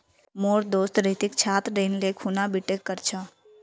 मोर दोस्त रितिक छात्र ऋण ले खूना बीटेक कर छ